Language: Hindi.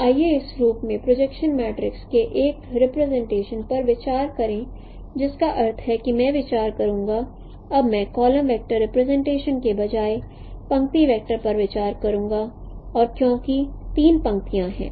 तो आइए इस रूप में प्रोजेक्शन मैट्रिक्स के एक रिप्रेजेंटेशन पर विचार करें जिसका अर्थ है कि मैं विचार करूंगा अब मैं कालम वेक्टर रिप्रेजेंटेशन के बजाय पंक्ति वैक्टर पर विचार करूंगा और क्योंकि 3 पंक्तियां हैं